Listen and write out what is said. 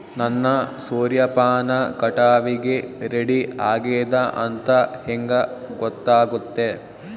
ನನ್ನ ಸೂರ್ಯಪಾನ ಕಟಾವಿಗೆ ರೆಡಿ ಆಗೇದ ಅಂತ ಹೆಂಗ ಗೊತ್ತಾಗುತ್ತೆ?